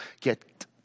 get